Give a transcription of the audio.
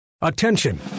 Attention